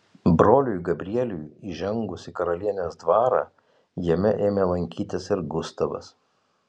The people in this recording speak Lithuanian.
broliui gabrieliui įžengus į karalienės dvarą jame ėmė lankytis ir gustavas